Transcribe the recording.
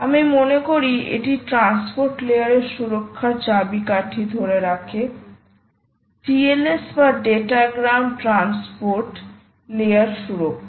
আমি মনে করি এটি ট্রান্সপোর্ট লেয়ার এর সুরক্ষার চাবিকাঠিটি ধরে রাখে TLS বা ডাটাগ্রাম ট্রান্সপোর্ট লেয়ার সুরক্ষা